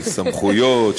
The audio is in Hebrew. סמכויות,